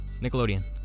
Nickelodeon